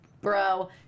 bro